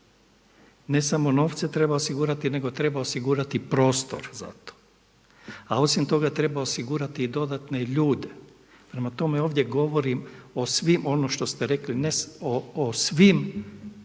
Ne samo novce treba osigurati nego treba osigurati prostor za to, a osim toga treba osigurati i dodatne ljude. Prema tome, ovdje govorim o svim ono što ste rekli o svim